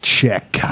Check